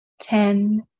ten